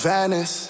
Venice